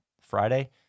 Friday